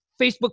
Facebook